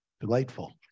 delightful